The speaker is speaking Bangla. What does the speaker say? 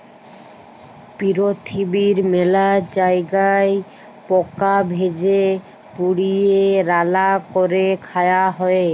পিরথিবীর মেলা জায়গায় পকা ভেজে, পুড়িয়ে, রাল্যা ক্যরে খায়া হ্যয়ে